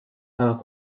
bħala